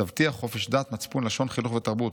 תבטיח חופש דת, מצפון, לשון, חינוך ותרבות'.